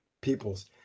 peoples